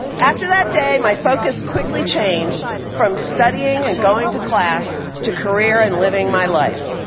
after that day, my focus quickly changed from studying and going to class to career and living my life.